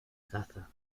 caza